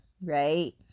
right